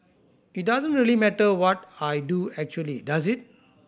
it doesn't really matter what I do actually does it